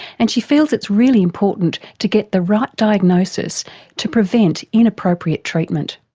and she feels it's really important to get the right diagnosis to prevent inappropriate treatment.